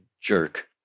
jerk